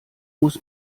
muss